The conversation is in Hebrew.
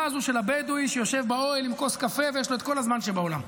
של הבדואי שיושב באוהל עם כוס קפה ויש לו את כל הזמן שבעולם.